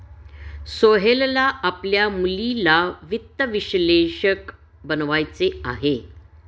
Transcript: सोहेलला आपल्या मुलीला वित्त विश्लेषक बनवायचे आहे